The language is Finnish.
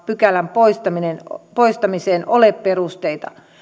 pykälän poistamiseen ole perusteita